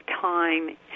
time